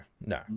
no